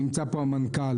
נמצא פה המנכ"ל,